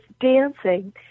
dancing